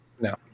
No